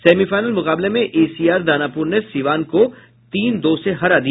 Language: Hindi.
सेमीफाइनल मुकाबले में ईसीआर दानापुर ने सीवान को तीन दो से हरा दिया